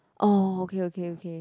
oh okay okay okay